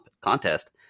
contest